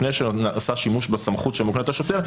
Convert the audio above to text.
לפני שנעשה שימוש בסמכות שמוקנית לשוטר,